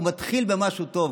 הוא מתחיל במשהו טוב.